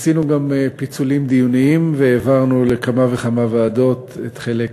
עשינו גם פיצולים דיוניים והעברנו לכמה וכמה ועדות חלק